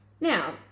Now